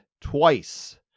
twice